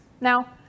Now